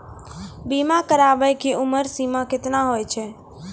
बीमा कराबै के उमर सीमा केतना होय छै?